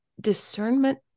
discernment